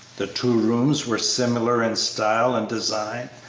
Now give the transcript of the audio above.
the two rooms were similar in style and design,